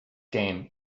game